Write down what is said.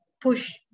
push